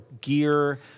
gear